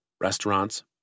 restaurants